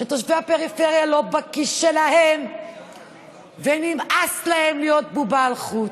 שתושבי הפריפריה לא בכיס שלהם ונמאס להם להיות בובה על חוט.